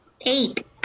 Eight